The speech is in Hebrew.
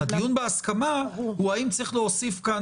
הדיון בהסכמה הוא האם צריך להוסיף כאן